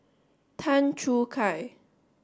Tan Choo Kai